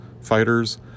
fighters